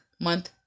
month